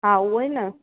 हा उहेई न